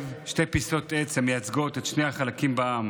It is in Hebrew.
שתי פיסות עץ המייצגות את שני החלקים בעם: